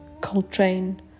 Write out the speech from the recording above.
Coltrane